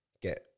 get